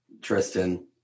tristan